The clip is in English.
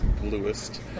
Bluest